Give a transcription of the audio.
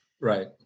Right